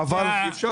אפשר